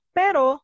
pero